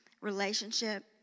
relationship